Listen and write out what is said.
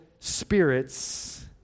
spirits